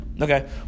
Okay